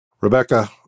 Rebecca